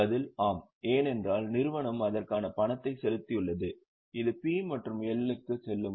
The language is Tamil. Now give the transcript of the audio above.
பதில் ஆம் ஏனென்றால் நிறுவனம் அதற்கான பணத்தை செலுத்தியுள்ளது இது P மற்றும் L க்கு செல்லுமா